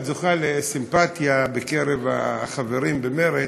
את זוכה לסימפתיה בקרב החברים במרצ,